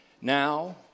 Now